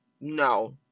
No